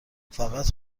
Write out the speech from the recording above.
فقط